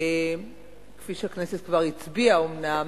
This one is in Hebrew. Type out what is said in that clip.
וכפי שהכנסת כבר הצביעה אומנם,